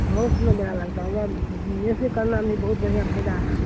बहुत सुन्दर मेला लगता है यहाँ बिज़नेस करने में बहुत बढ़ियाँ फ़ायदा है